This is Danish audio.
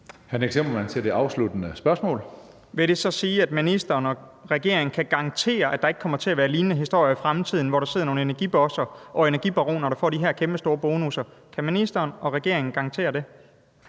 afsluttende spørgsmål. Kl. 14:40 Nick Zimmermann (DF): Vil det så sige, at ministeren og regeringen kan garantere, at der ikke kommer til at være lignende historier i fremtiden, hvor der sidder nogle energibosser og energibaroner, der får de her kæmpestore bonusser? Kan ministeren og regeringen garantere det?